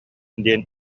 диэн